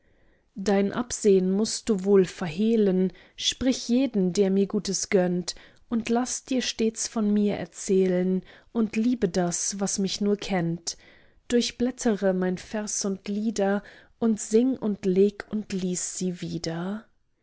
dein absehn mußt du wohl verhehlen sprich jeden der mir gutes gönnt und laß dir stets von mir erzählen und liebe das was mich nur kennt durchblättre mein vers und lieder und sing und leg und lies sie wieder